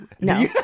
No